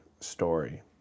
story